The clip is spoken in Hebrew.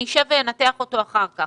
אני אשב ואנתח אותו אחר כך.